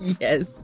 Yes